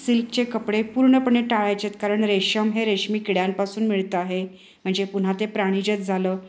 सिल्कचे कपडे पूर्णपणे टाळायचेत कारण रेशम हे रेशमी किड्यांपासून मिळतं आहे म्हणजे पुन्हा ते प्राणीजन्य झालं